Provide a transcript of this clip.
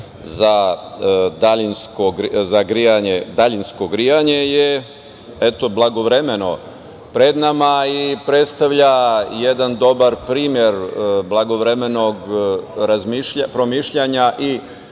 za daljinsko grejanje je blagovremeno pred nama i predstavlja jedan dobar primer blagovremenog promišljanja i